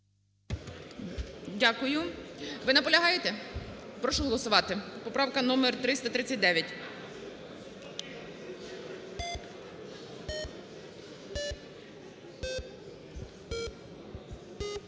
Дякую. Ви наполягаєте? Прошу голосувати, поправка номер 339.